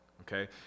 okay